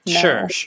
Sure